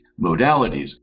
modalities